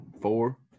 four